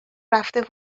رفته